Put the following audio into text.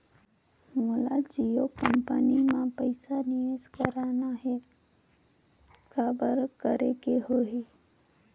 मोला जियो कंपनी मां पइसा निवेश करना हे, काबर करेके होही?